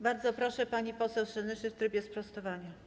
Bardzo proszę, pani poseł Senyszyn w trybie sprostowania.